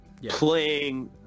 playing